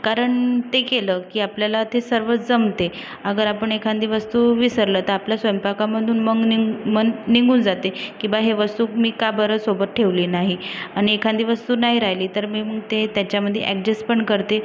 कारण ते केलं की आपल्याला ते सर्व जमते अगर आपण एखादी वस्तू विसरलो तर आपल्या स्वयंपाकामधून मग नि मन निघून जाते की बा हे वस्तू मी का बरं सोबत ठेवली नाही आणि एखादी वस्तू नाही राहिली तर मी मग ते त्याच्यामध्ये ॲडजस पण करते